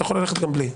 אתה יכול ללכת גם בלי.